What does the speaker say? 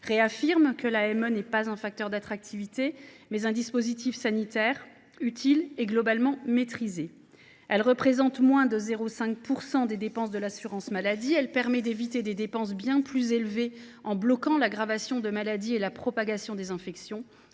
réaffirme que l’AME est non pas un facteur d’attractivité, mais un dispositif sanitaire utile et globalement maîtrisé. Cette aide, qui représente moins de 0,5 % des dépenses de l’assurance maladie, permet d’éviter des dépenses bien plus élevées en évitant l’aggravation de maladies et la propagation des infections.